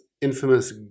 infamous